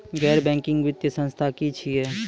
गैर बैंकिंग वित्तीय संस्था की छियै?